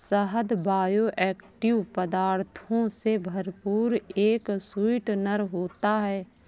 शहद बायोएक्टिव पदार्थों से भरपूर एक स्वीटनर होता है